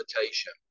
invitation